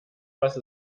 was